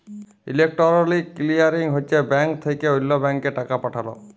electronic clearing হছে bank থ্যাকে অল্য ব্যাংকে টাকা পাঠাল